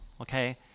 Okay